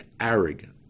arrogant